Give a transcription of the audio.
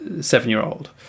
seven-year-old